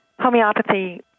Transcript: Homeopathy